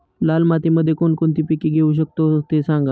लाल मातीमध्ये कोणकोणती पिके घेऊ शकतो, ते सांगा